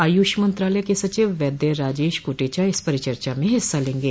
आयुष मंत्रालय के सचिव वैद्य राजेश कोटेचा इस परिचर्चा में हिस्सा लेंगे